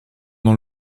dans